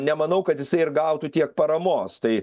nemanau kad jisai ir gautų tiek paramos tai